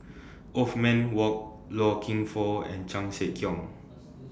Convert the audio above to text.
Othman Wok Loy Keng Foo and Chan Sek Keong